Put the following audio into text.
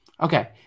Okay